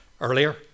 earlier